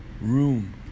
room